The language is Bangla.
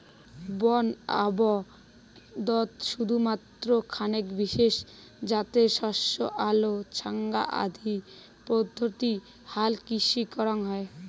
বন আবদত শুধুমাত্র খানেক বিশেষ জাতের শস্য আলো ছ্যাঙা আদি পদ্ধতি হালকৃষি করাং হই